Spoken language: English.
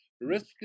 risk